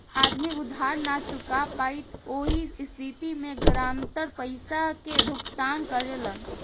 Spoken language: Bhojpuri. आदमी उधार ना चूका पायी ओह स्थिति में गारंटर पइसा के भुगतान करेलन